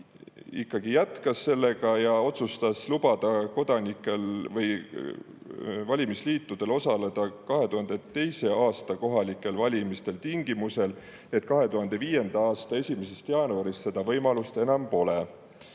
ikkagi jätkas sellega ja otsustas lubada valimisliitudel osaleda 2002. aasta kohalikel valimistel tingimusel, et 2005. aasta 1. jaanuarist seda võimalust enam pole.